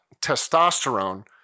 testosterone